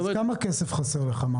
כמה כסף חסר לך?